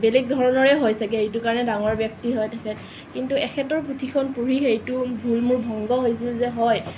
বেলেগধৰণৰে হয় ছাগে সেইটো কাৰণে ডাঙৰ ব্যক্তি হয় তেখেত কিন্তু এখেতৰ পুথিখন পঢ়ি সেইটো ভূল মোৰ ভংগ হৈছিল যে হয়